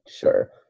sure